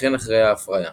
וכן אחרי ההפריה.